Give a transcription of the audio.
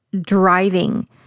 driving